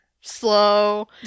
slow